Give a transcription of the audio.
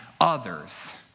others